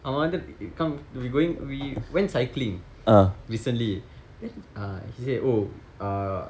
அவன் வந்து:avan vandthu come we going we went cycling recently then uh he say oh uh